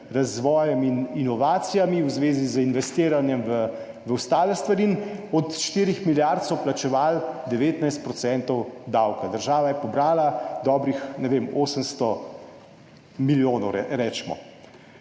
razvojem in inovacijami, v zvezi z investiranjem v ostale stvari in od 4 milijard so plačevali 19 % davka. Država je pobrala dobrih, ne vem, recimo 800 milijonov.